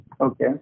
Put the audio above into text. Okay